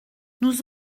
nous